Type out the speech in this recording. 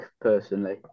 personally